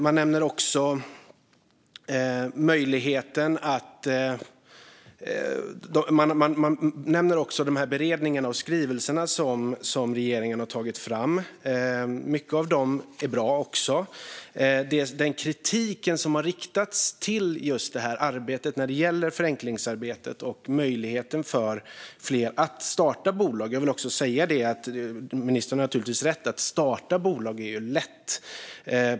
Ministern nämner också beredningar och skrivelser som regeringen har tagit fram. Mycket av det är också bra. När det gäller den kritik som har riktats mot just förenklingsarbetet och möjligheten för fler att starta bolag har ministern naturligtvis rätt i att det är lätt att starta bolag.